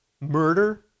Murder